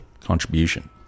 contribution